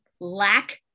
Lack